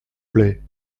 plait